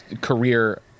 career